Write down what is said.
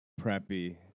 preppy